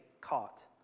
caught